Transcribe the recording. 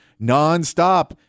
nonstop